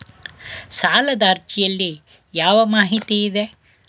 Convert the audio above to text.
ಸಾಲದ ಅರ್ಜಿಯಲ್ಲಿ ಯಾವ ಮಾಹಿತಿ ಇದೆ?